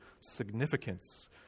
significance